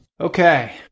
Okay